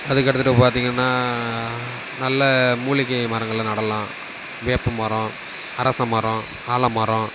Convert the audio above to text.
அதுக்கடுத்தது பார்த்திங்கன்னா நல்ல மூலிகை மரங்களை நடலாம் வேப்ப மரம் அரச மரம் ஆல மரம்